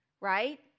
right